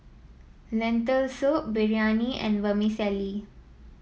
Lentil Soup Biryani and Vermicelli